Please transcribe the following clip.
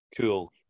Cool